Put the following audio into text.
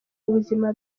ubuzima